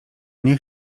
nie